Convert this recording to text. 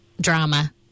drama